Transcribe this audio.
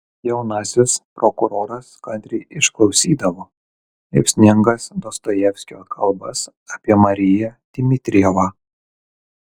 jaunasis prokuroras kantriai išklausydavo liepsningas dostojevskio kalbas apie mariją dmitrijevą